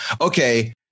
okay